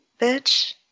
bitch